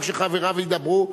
גם כשחבריו ידברו.